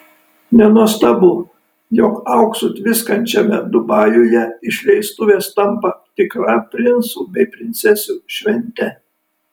nenuostabu jog auksu tviskančiame dubajuje išleistuvės tampa tikra princų bei princesių švente